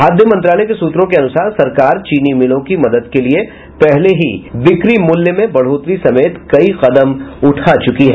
खाद्य मंत्रालय के सूत्रों के अनुसार सरकार चीनी मिलों की मदद के लिए पहले ही बिक्री मूल्य में बढ़ोतरी समेत कई कदम उठा चुकी है